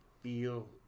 feel